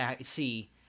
see